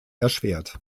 erschwert